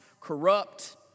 corrupt